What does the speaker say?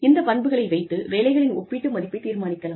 இந்த பண்புகளை வைத்து வேலைகளின் ஒப்பீட்டு மதிப்பை தீர்மானிக்கலாம்